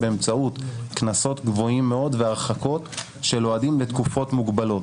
באמצעות קנסות גבוהים מאוד והרחקות של אוהדים לתקופות מוגבלות.